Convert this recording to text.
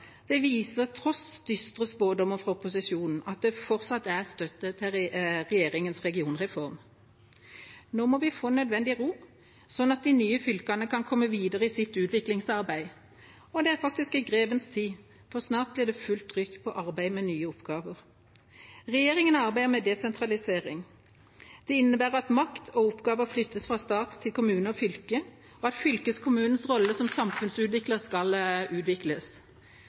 dag, viser tross dystre spådommer fra opposisjonen at det fortsatt er støtte til regjeringas regionreform. Nå må vi få nødvendig ro, slik at de nye fylkene kan komme videre i sitt utviklingsarbeid, og det er faktisk i grevens tid, for snart blir det fullt trykk på arbeid med nye oppgaver. Regjeringa arbeider med desentralisering. Det innebærer at makt og oppgaver flyttes fra stat til kommune og fylke, og at fylkeskommunens rolle som samfunnsutvikler skal utvikles.